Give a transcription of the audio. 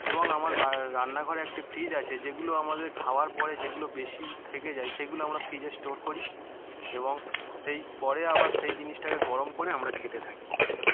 এবং আমার বা রান্নাঘরে একটি ফ্রিজ আছে যেগুলো আমাদের খাওয়ার পরে যেগুলো বেশি থেকে যায় সেগুলো আমরা ফ্রিজে স্টোর করি এবং সেই পরে আবার সেই জিনিসটাকে গরম করে আমরা খেতে থাকি হুম